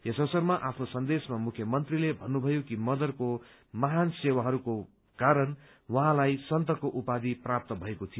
यस अवसरमा आफ्नो सन्देशमा मुख्यमन्त्रीले भन्नुभयो कि मदरको महान् सेवाहरूको कारण उहाँलाई सन्तको उपाधि प्राप्त भएको थियो